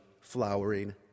flowering